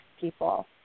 people